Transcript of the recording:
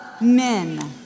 men